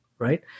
right